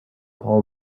paul